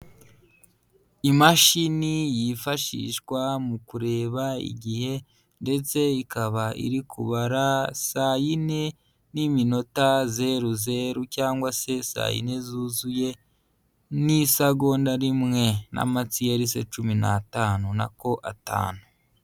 Imashini yifashishwa mu kureba igihe ndetse ikaba iri kubara saa yine n'iminota zeru zeru cyangwa saa yine zuzuye n'isegonda rimwe, n'amatsiyerise cumi n'atanu nako atanu.